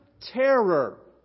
terror